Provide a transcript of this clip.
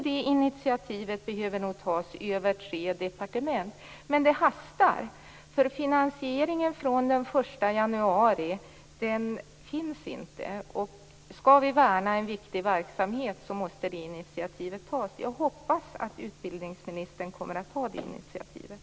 Det initiativet behöver tas över tre departement. Men det hastar! Det finns ingen finansiering från den 1 januari. Skall en viktigt verksamhet värnas måste det initiativet tas. Jag hoppas att utbildningsministern kommer att ta det initiativet.